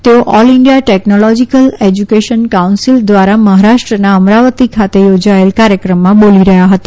તેઓ all India technological education council ધ્વારા મહારાષ્ટ્રના અમરાવતી ખાતે યોજાયેલ કાર્યક્રમમાં બોલી રહયાં હતા